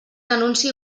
anunci